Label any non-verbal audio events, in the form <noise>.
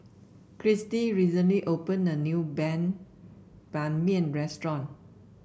Kristie recently opened a new <unintelligible> Ban Mian restaurant